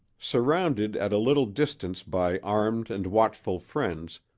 surrounded at a little distance by armed and watchful friends,